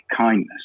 kindness